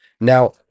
now